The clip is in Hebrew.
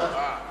לפי